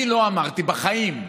אני לא אמרתי, בחיים.